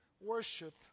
worship